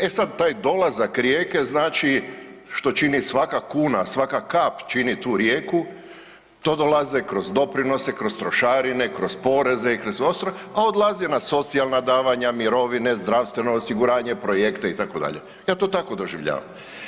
E sad taj dolazak rijeke znači, što čini svaka kuna, svaka kap čini tu rijeku, to dolaze kroz doprinose, kroz trošarine, kroz poreze i kroz ostalo, a odlaze na socijalna davanja, mirovine, zdravstveno osiguranje, projekte itd., ja to tako doživljavam.